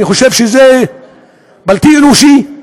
אני חושב שזה בלתי אנושי,